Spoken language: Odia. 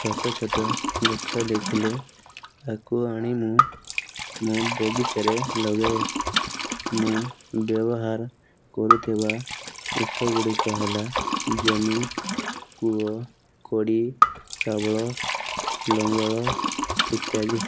ଛୋଟ ଛୋଟ ଗଛ ଦେଖିଲେ ତାକୁ ଆଣି ମୁଁ ମୁଁ ବଗିଚାରେ ଲଗାଏ ମୁଁ ବ୍ୟବହାର କରୁଥିବା ଜିନିଷ ଗୁଡ଼ିକ ହେଲା ଜମି କୂଅ କୋଡ଼ି ଶାବଳ ଲଙ୍ଗଳ ଇତ୍ୟାଦି